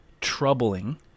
troubling